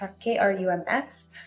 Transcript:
k-r-u-m-s